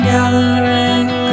Gathering